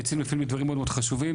יוצאים לפעמים לדברים מאוד מאוד חשובים.